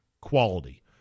quality